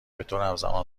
بطورهمزمان